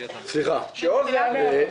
שעוז כ"ץ יענה.